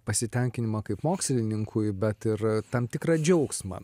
pasitenkinimą kaip mokslininkui bet ir tam tikra džiaugsmą